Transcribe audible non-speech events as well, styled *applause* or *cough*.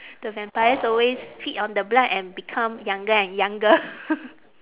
the vampires always feed on the blood and become younger and younger *laughs*